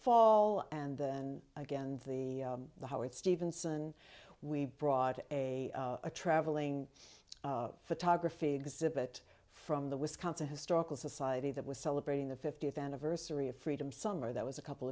fall and then again the the howard stevenson we brought a traveling photography exhibit from the wisconsin historical society that was celebrating the fiftieth anniversary of freedom summer that was a couple